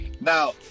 now